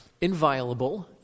inviolable